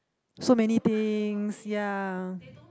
so many things ya